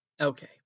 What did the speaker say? Okay